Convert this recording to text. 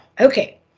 Okay